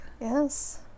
Yes